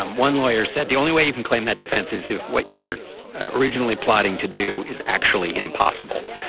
um one lawyer said the only way you can claim that defense is if what you were originally plotting to do is actually impossible.